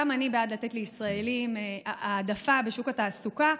גם אני בעד לתת לישראלים העדפה בשוק התעסוקה,